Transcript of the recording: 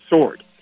sword